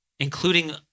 Including